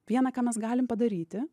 viena ką mes galim padaryti